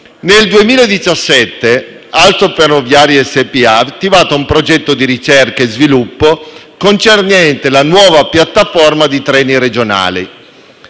Nel 2017 Alstom ferroviaria SpA ha attivato un progetto di ricerca e sviluppo concernente la nuova piattaforma di treni regionali.